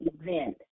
event